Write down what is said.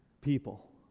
people